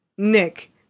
Nick